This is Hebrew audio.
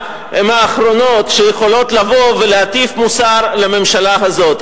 הן האחרונות שיכולות לבוא ולהטיף מוסר לממשלה הזאת.